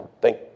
Thank